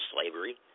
slavery